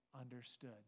understood